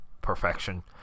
perfection